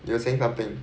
you were saying something